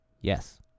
Yes